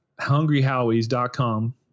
HungryHowie's.com